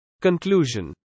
Conclusion